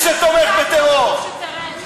עזמי בשארה,